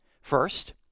first